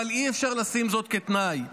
אבל אי-אפשר לשים זאת כתנאי.